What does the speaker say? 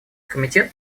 комитет